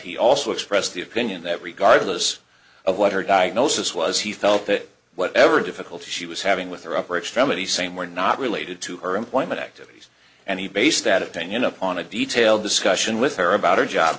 he also expressed the opinion that regardless of what her diagnosis was he felt that whatever difficult she was having with her upper extremity same were not related to her employment activities and he base that opinion upon a detailed discussion with her about her job